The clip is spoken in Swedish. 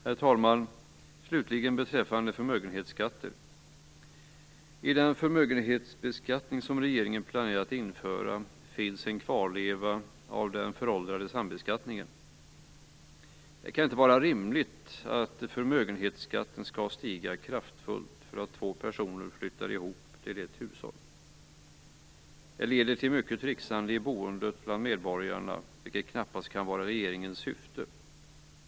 Herr talman! Slutligen till frågan om förmögenhetsskatter. I den förmögenhetsbeskattning som regeringen planerar att införa finns en kvarleva av den föråldrade sambeskattningen. Det kan inte vara rimligt att förmögenhetsskatten skall stiga kraftfullt för att två personer flyttar ihop till ett hushåll. Det leder till mycket tricksande i boendet bland medborgarna, vilket knappast kan vara regeringens syfte.